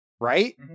right